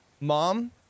mom